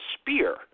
spear